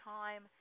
time